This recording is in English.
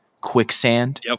quicksand